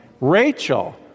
Rachel